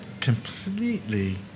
completely